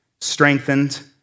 strengthened